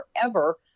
forever